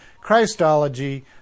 Christology